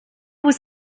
was